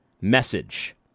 message